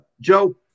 Joe